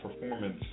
performance